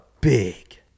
big